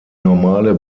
normale